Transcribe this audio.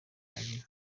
ari